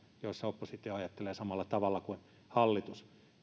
joista oppositio ajattelee samalla tavalla kuin hallitus